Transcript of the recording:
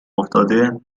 افتاده